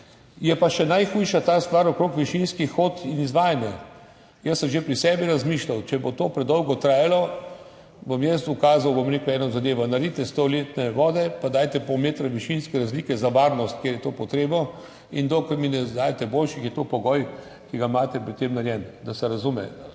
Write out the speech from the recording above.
Je pa še najhujša ta stvar okrog višinskih kot in izvajanja. Jaz sem že pri sebi razmišljal, če bo to predolgo trajalo, bom jaz ukazal, bom rekel, eno zadevo, naredite za stoletne vode pa dajte pol metra višinske razlike za varnost, kjer je to potrebno, in dokler mi ne najdete boljših, je ta pogoj, ki ga imate pri tem, narejen, da se razume,